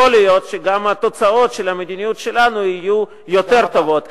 יכול להיות שגם התוצאות של המדיניות שלנו יהיו יותר טובות.